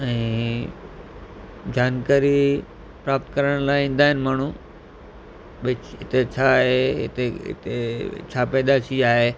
ऐं जानकारी प्राप्त करण लाइ ईंदा आहिनि माण्हू भई हिते छा आहे हिते हिते छा पैदाशी आहे